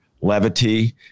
levity